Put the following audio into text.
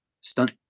stunt